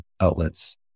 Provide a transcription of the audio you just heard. outlets